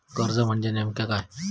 कर्ज म्हणजे नेमक्या काय?